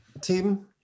team